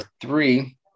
three